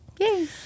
Yay